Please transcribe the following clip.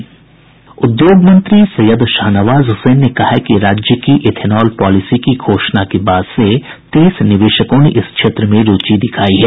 उद्योग मंत्री सैयद शाहनवाज हुसैन ने कहा है कि राज्य की इथेनॉल पालिसी की घोषणा के बाद से तीस निवेशकों ने इस क्षेत्र में रूचि दिखायी है